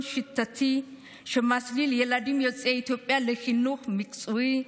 שיטתי שמסליל ילדים יוצאי אתיופיה לחינוך מקצועי,